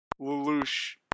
Lelouch